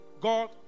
God